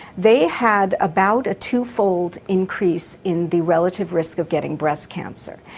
they had about a twofold increase in the relative risk of getting breast cancer,